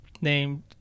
named